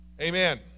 Amen